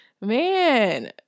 man